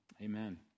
Amen